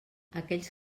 aquells